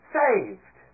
saved